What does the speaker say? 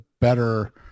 better